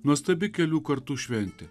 nuostabi kelių kartų šventė